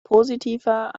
positiver